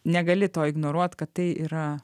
negali to ignoruot kad tai yra